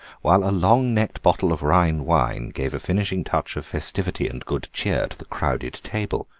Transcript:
while a long-necked bottle of rhine wine gave a finishing touch of festivity and good cheer to the crowded table.